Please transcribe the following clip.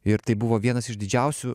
ir tai buvo vienas iš didžiausių